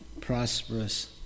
prosperous